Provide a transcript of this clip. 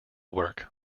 work